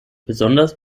besonders